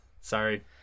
Sorry